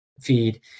feed